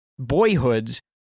boyhoods